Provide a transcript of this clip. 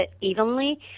evenly